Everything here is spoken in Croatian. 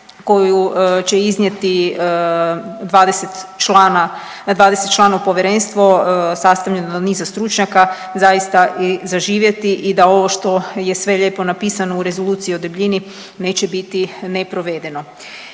koju će iznijeti 20 člana, dvadesetočlano povjerenstvo sastavljeno od niza stručnjaka zaista i zaživjeti i da ovo što je sve lijepo napisano u Rezoluciji o debljini neće biti ne provedeno.